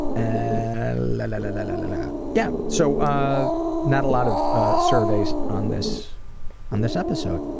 ah la la la la la la la. yeah, so ah not a lot of surveys on this on this episode.